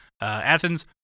Athens